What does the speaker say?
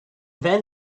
then